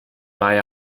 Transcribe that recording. buy